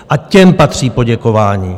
A těm patří poděkování.